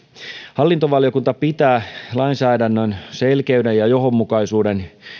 hallintovaliokunta pitää lainsäädännön selkeyden ja johdonmukaisuuden